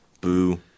boo